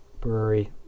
Brewery